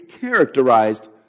characterized